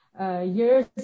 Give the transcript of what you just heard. years